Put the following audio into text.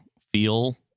feel